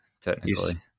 technically